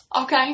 Okay